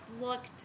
looked